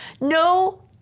No